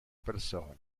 persone